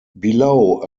below